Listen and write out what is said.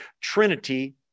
trinity